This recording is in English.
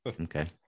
okay